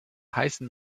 heißen